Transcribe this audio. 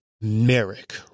Merrick